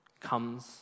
comes